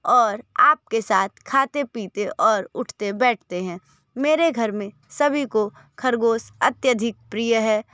और आपके साथ खाते पीते और उठते बैठते हैं मेरे घर में सभी को खरगोश अत्यधिक प्रिय है